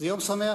זה יום שמח,